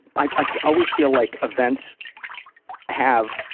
i always feel like events have,